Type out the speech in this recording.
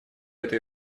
этой